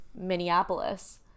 Minneapolis